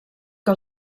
que